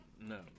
No